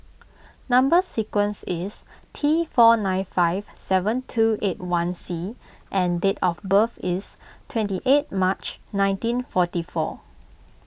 Number Sequence is T four nine five seven two eight one C and date of birth is twenty eight March nineteen forty four